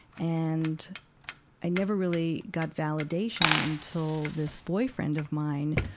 and i never really got validation until this boyfriend of mine,